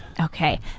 Okay